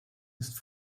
ist